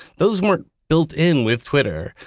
those weren't built in with twitter.